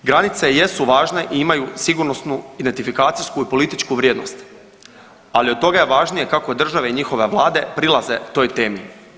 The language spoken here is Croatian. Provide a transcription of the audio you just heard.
Granice jesu važne i imaju sigurnosnu identifikacijsku i političku vrijednost, ali od toga je važnije kako države i njihove vlade prilaze toj temi.